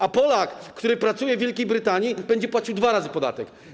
a Polak, który pracuje w Wielkiej Brytanii, będzie płacił dwa razy podatek.